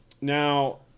Now